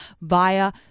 via